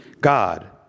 God